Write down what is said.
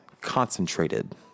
concentrated